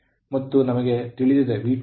ಮತ್ತು ನಮಗೆ ಅದು ತಿಳಿದಿದೆ V2 K V2